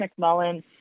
McMullen